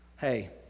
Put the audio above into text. Hey